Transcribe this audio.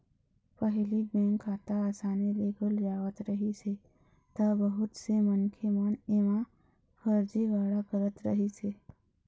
पहिली बेंक खाता असानी ले खुल जावत रहिस हे त बहुत से मनखे मन एमा फरजीवाड़ा करत रहिस हे